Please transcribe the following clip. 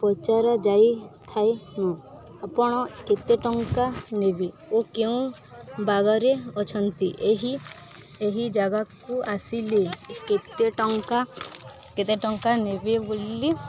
ପଚାର ଯାଇ ଥାଏ ନ ଆପଣ କେତେ ଟଙ୍କା ନେବେ ଓ କେଉଁ ବାଗରେ ଅଛନ୍ତି ଏହି ଏହି ଜାଗାକୁ ଆସିଲେ କେତେ ଟଙ୍କା କେତେ ଟଙ୍କା ନେବେ ବୋଲି